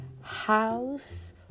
house